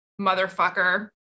motherfucker